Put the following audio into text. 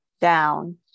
down